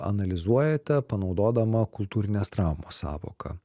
analizuojate panaudodama kultūrinės traumos sąvoką